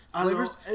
flavors